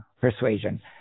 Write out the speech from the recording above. persuasion